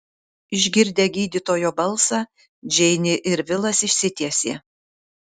išgirdę gydytojo balsą džeinė ir vilas išsitiesė